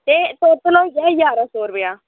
ते ते टोटल होई गेआ ञारां सौ रपेआ